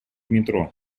метро